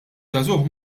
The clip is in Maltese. żagħżugħ